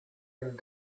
and